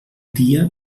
dia